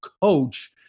coach